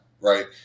right